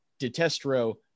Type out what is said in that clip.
detestro